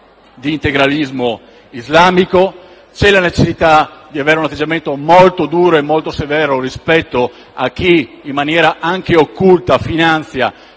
di integralismo islamico. C'è la necessità di un atteggiamento molto duro e severo rispetto a chi, in maniera anche occulta, finanzia